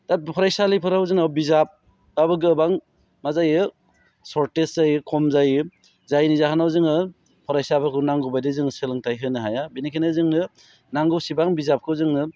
दा फरायसालिफोराव जोंनाव बिजाबआबो गोबां माजायो सरटेज जायो खम जायो जायनि जाहोनाव जोङो फरायसाफोरखौ नांगौबायदि जोङो सोलोंथाय होनो हाया बेनिखायनो जोंनो नांगौसेबां बिजाबखौ जोंनो